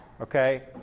okay